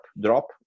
drop